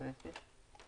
אסביר.